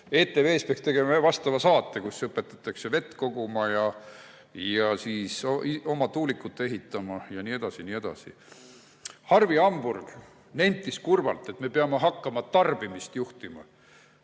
ETV-s peaks tegema vastava saate, kus õpetatakse vett koguma ja oma tuulikut ehitama jne. Arvi Hamburg nentis kurvalt, et me peame hakkama tarbimist juhtima.